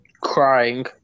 crying